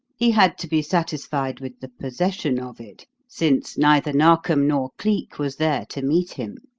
he had to be satisfied with the possession of it, since neither narkom nor cleek was there to meet him.